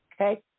Okay